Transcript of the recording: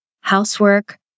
housework